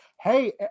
Hey